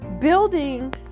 building